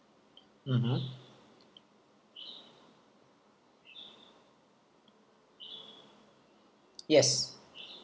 mmhmm yes